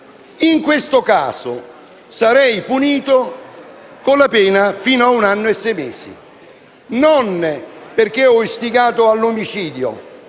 in questo caso sarei punito con la pena fino a un anno e sei mesi, non perché ho istigato all'omicidio,